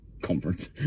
conference